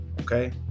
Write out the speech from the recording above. okay